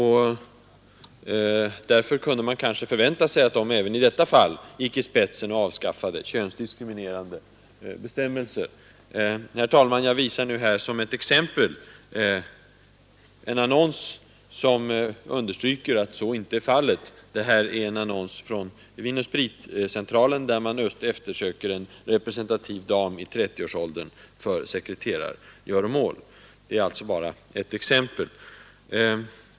Därför kunde man kanske förvänta sig att de även i detta fall gick i spetsen och avstod från könsdiskriminering. Herr talman! Jag visar nu på TV-skärmen som ett exempel en annons som understryker att så inte är fallet. Det är en annons från Vin & Spritcentralen, i vilken man söker en ”representativ dam i 30-års åldern” för sekreterargöromål. Det är alltså bara ett exempel.